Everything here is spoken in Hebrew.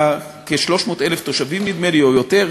כ-300,000 תושבים או יותר,